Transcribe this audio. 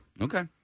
Okay